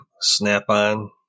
snap-on